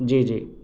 جی جی